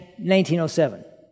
1907